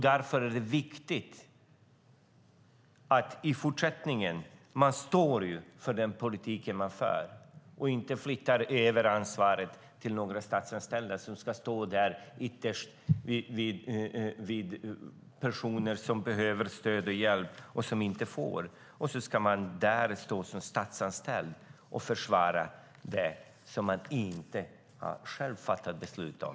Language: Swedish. Det är viktigt att man i fortsättningen står för den politik man för och inte flyttar över ansvaret till statsanställda som ska stå där, hos personer som behöver stöd och hjälp och som inte får det, och försvara det som de själva inte har fattat beslut om.